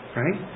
right